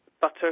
butter